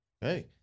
Hey